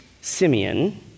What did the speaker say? Simeon